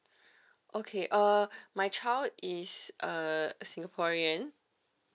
okay uh my child is a singaporean